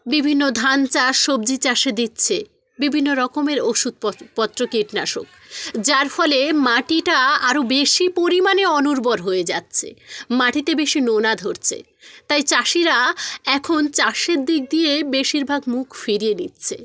বিভিন্ন ধান চাষ সবজি চাষে দিচ্ছে বিভিন্ন রকমের ওষুদ পত্র কীটনাশক যার ফলে মাটিটা আরও বেশি পরিমাণে অনুর্বর হয়ে যাচ্ছে মাটিতে বেশি নোনা ধরছে তাই চাষিরা এখন চাষের দিক দিয়েই বেশিরভাগ মুখ ফেরিয়ে নিচ্ছে